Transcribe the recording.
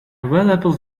valuable